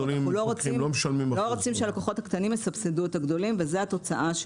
אנחנו לא רוצים שהלקוחות הקטנים יסבסדו את הגדולים וזו התוצאה,